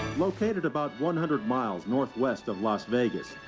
located about one hundred miles northwest of las vegas,